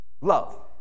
love